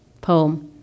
poem